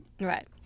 Right